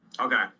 Okay